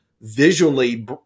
visually